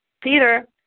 Peter